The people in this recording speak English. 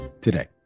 today